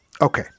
Okay